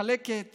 מתחלקת